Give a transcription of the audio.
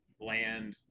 land